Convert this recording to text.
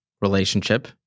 relationship